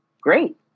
great